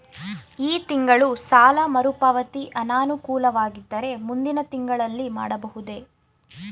ಈ ತಿಂಗಳು ಸಾಲ ಮರುಪಾವತಿ ಅನಾನುಕೂಲವಾಗಿದ್ದರೆ ಮುಂದಿನ ತಿಂಗಳಲ್ಲಿ ಮಾಡಬಹುದೇ?